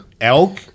Elk